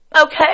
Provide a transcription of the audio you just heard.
Okay